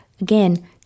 again